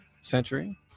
century